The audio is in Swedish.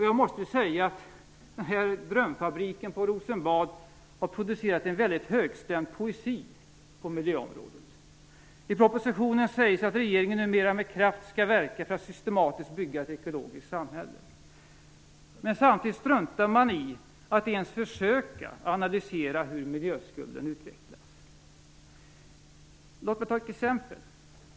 Jag måste säga att drömfabriken på Rosenbad har producerat en väldigt högstämd poesi på miljöområdet. I propositionen sägs att regeringen numera med kraft skall verka för att systematiskt bygga ett ekologiskt samhälle. Men samtidigt struntar man i att ens försöka analysera hur miljöskulden utvecklas. Låt mig ta ett exempel.